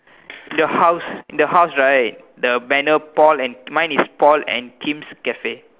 your house the house right the banner Paul and mine is Paul and Kim's cafe